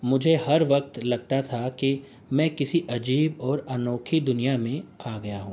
مجھے ہر وقت لگتا تھا کہ میں کسی عجیب اور انوکھی دنیا میں آ گیا ہوں